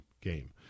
game